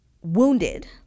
wounded